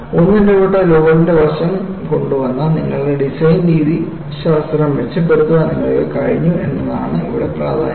ഒന്നിടവിട്ട ലോഡിന്റെ വശം കൊണ്ടുവന്ന് നിങ്ങളുടെ ഡിസൈൻ രീതിശാസ്ത്രം മെച്ചപ്പെടുത്താൻ നിങ്ങൾക്ക് കഴിഞ്ഞു എന്നതാണ് ഇവിടെ പ്രധാന കാര്യം